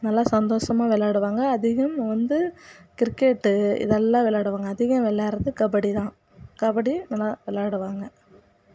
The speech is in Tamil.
நல்லா சந்தோசமாக விளாடுவாங்க அதிகம் வந்து கிரிக்கெட்டு இதெல்லாம் விளாடுவாங்க அதிகம் விளாட்றது கபடி தான் கபடி தான் விளையாடுவாங்க